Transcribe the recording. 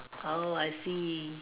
oh I see